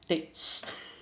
take